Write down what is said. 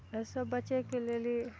अइसँ बचयके लेल इ